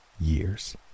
years